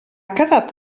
quedat